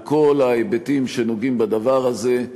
על כל ההיבטים שנוגעים בדבר הזה.